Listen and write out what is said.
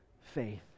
faith